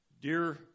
Dear